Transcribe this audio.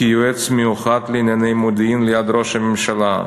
ליועץ מיוחד לענייני מודיעין ליד ראש הממשלה,